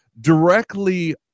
directly